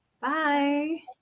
Bye